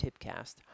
TipCast